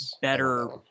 better